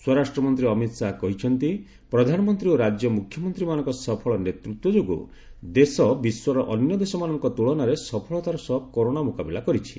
ସ୍ୱରାଷ୍ଟ୍ରମନ୍ତ୍ରୀ ଅମିତ ଶାହା କହିଛନ୍ତି ପ୍ରଧାନମନ୍ତ୍ରୀ ଓ ରାଜ୍ୟ ମୁଖ୍ୟମନ୍ତ୍ରୀମାନଙ୍କ ସଫଳ ନେତୃତ୍ୱ ଯୋଗୁଁ ଦେଶ ବିଶ୍ୱର ଅନ୍ୟ ଦେଶମାନଙ୍କ ତୁଳନାରେ ସଫଳତାର ସହ କରୋନା ମୁକାବିଲା କରିଛି